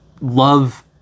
love